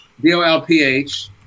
D-O-L-P-H